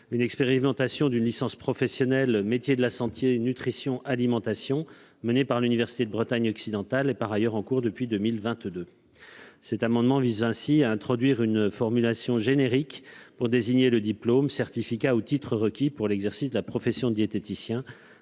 l'expérimentation d'une licence professionnelle « métiers de la santé : nutrition, alimentation », menée par l'université de Bretagne occidentale est en cours depuis 2022. Cet amendement vise ainsi à introduire une formulation générique pour désigner le diplôme, certificat ou titre requis pour l'exercice de la profession de diététicien,